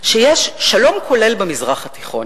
שיש שלום כולל במזרח התיכון,